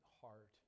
heart